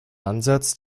ansatz